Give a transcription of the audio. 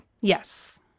Yes